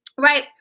Right